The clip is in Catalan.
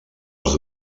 els